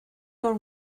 gone